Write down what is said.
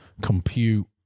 compute